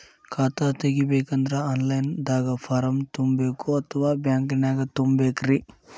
ಖಾತಾ ತೆಗಿಬೇಕಂದ್ರ online ದಾಗ ಫಾರಂ ತುಂಬೇಕೊ ಅಥವಾ ಬ್ಯಾಂಕನ್ಯಾಗ ತುಂಬ ಬೇಕ್ರಿ?